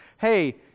hey